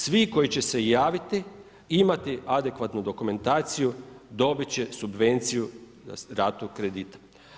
Svi koji će se i javiti i imati adekvatnu dokumentaciju dobiti će subvenciju na ratu kredita.